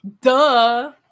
Duh